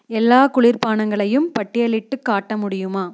எல்லா குளிர்பானங்களையும் பட்டியலிட்டுக் காட்ட முடியுமா